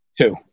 two